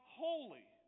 holy